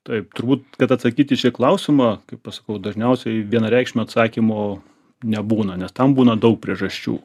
taip turbūt kad atsakyt į šį klausimą kaip aš sakau dažniausiai vienareikšmio atsakymo nebūna nes tam būna daug priežasčių